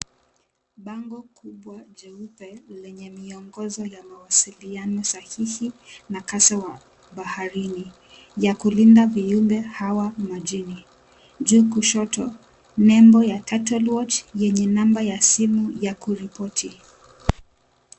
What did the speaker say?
Bango kubwa jeupe lenye miongozo ya mawasiliano sahihi na kasa wa baharini ya kulinda viumbe hawa majini, juu kushoto nembo ya turtle watch yenye namba ya kuripoti.